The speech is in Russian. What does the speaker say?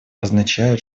означает